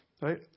right